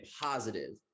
positive